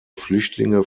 flüchtlinge